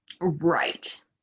right